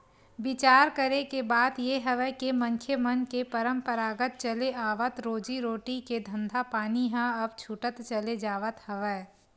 बिचार करे के बात ये हवय के मनखे मन के पंरापरागत चले आवत रोजी रोटी के धंधापानी ह अब छूटत चले जावत हवय